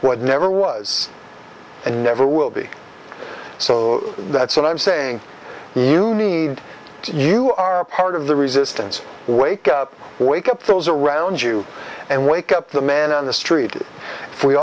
what never was and never will be so that's what i'm saying you need you are part of the resistance wake up wake up those around you and wake up the man on the street we